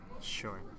Sure